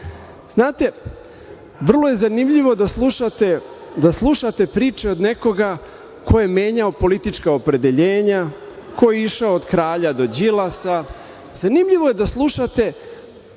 ništa. Znate, vrlo je zanimljivo da slušate priče od nekoga koje menjao politička opredeljenja, ko je išao od kralja do Đilasa. Zanimljivo je da slušate